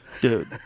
dude